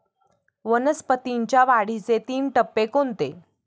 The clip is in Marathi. वनस्पतींच्या वाढीचे तीन टप्पे कोणते?